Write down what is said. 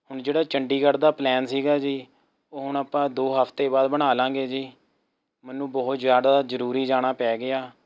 ਹੁਣ ਜਿਹੜਾ ਚੰਡੀਗੜ ਦਾ ਪਲੈਨ ਸੀਗਾ ਜੀ ਹੁਣ ਉਹ ਆਪਾਂ ਦੋ ਹਫਤੇ ਬਾਅਦ ਬਣਾ ਲਵਾਂਗੇ ਜੀ ਮੈਨੂੰ ਬਹੁਤ ਜ਼ਿਆਦਾ ਜ਼ਰੂਰੀ ਜਾਣਾ ਪੈ ਗਿਆ